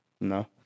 No